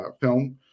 film